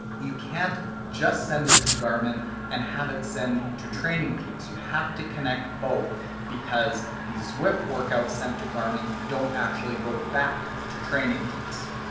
you can't just send it to garmin and have it send to training peaks. you have to connect both because these zwift workouts sent to garmin don't actually go back to training peaks.